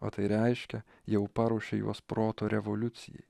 o tai reiškia jau paruošė juos protu revoliucijai